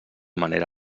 manera